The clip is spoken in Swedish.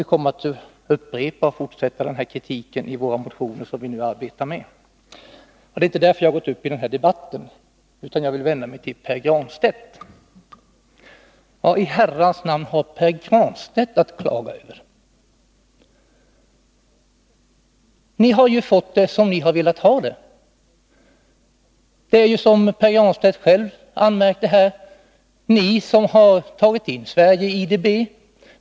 Vi kommer att upprepa och fortsätta kritiken i våra motioner, som vi nu arbetar med. Det är inte därför jag har gått upp i debatten, utan jag vill vända mig till Pär Granstedt. Vad i Herrans namn har Pär Granstedt att klaga över? Ni har ju fått det som ni har velat ha det. Det är, som Pär Granstedt själv anmärkte här, ni som har tagit in Sverige i IDB.